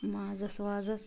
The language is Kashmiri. مازَس وازَس